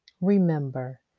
Remember